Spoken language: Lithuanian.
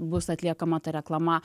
bus atliekama ta reklama